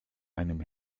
einem